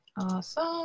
awesome